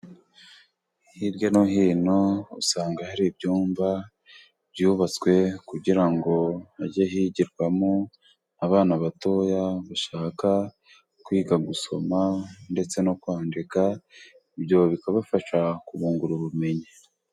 Hirya no hino usanga hari ibyumba byubatswe kugira ngo hajye higirwamo abana bato bashaka kwiga gusoma ndetse no kwandika ibyo bikabafasha kubungura ubumenyi.